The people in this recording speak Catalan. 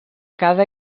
cada